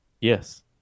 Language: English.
Yes